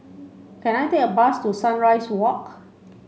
can I take a bus to Sunrise Walk